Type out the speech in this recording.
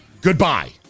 Goodbye